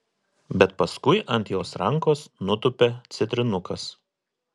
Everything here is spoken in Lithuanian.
bet paskui ant jos rankos nutupia citrinukas